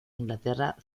inglaterra